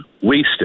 wasted